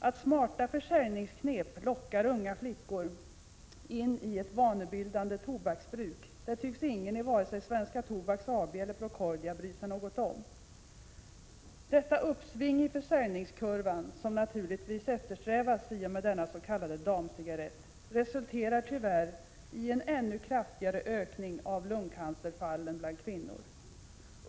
Att smarta försäljningsknep lockar unga flickor in i ett vanebildande tobaksbruk tycks ingen i vare sig Svenska Tobaks AB eller Procordia bry sig om. Detta uppsving i försäljningskurvan, som naturligtvis eftersträvas i och med denna s.k. damcigarett resulterar tyvärr i en ännu kraftigare ökning av lungcancerfallen bland kvinnor.